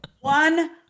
One